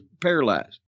paralyzed